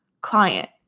client